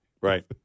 right